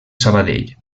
sabadell